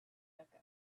becca